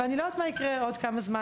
אבל אני לא יודעת מה יקרה עוד כמה זמן.